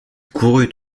courut